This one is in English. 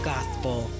Gospel